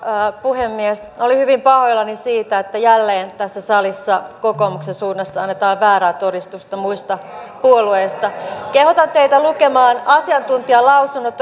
puhemies olen hyvin pahoillani siitä että jälleen tässä salissa kokoomuksen suunnasta annetaan väärää todistusta muista puolueista kehotan teitä lukemaan asiantuntijalausunnot